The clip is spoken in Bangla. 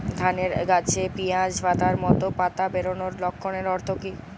ধানের গাছে পিয়াজ পাতার মতো পাতা বেরোনোর লক্ষণের অর্থ কী?